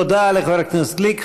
תודה לחבר הכנסת גליק.